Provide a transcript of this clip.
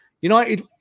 United